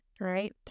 right